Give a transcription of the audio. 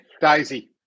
Daisy